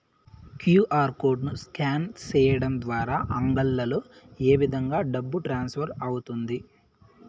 QR code ను scan సేయడం ద్వారా అంగడ్లలో ఏ విధంగా డబ్బు ట్రాన్స్ఫర్ అవుతుంది